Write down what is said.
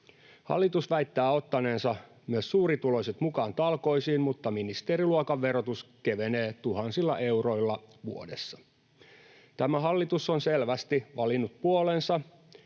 Hallitus väittää ottaneensa myös suurituloiset mukaan talkoisiin, mutta ministeriluokan verotus kevenee tuhansilla euroilla vuodessa. Tämä hallitus on selvästi valinnut puolensa,